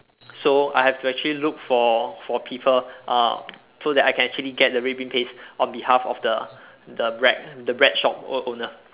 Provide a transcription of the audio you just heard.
so I have to actually look for for people uh so that I can actually get the red bean paste on behalf of the the bread the bread shop o~ owner